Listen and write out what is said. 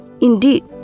Indeed